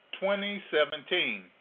2017